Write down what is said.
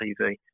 TV